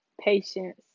patience